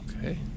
okay